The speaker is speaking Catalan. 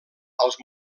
als